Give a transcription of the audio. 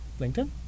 LinkedIn